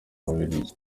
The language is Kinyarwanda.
bubiligi